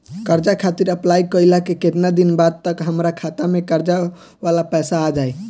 कर्जा खातिर अप्लाई कईला के केतना दिन बाद तक हमरा खाता मे कर्जा वाला पैसा आ जायी?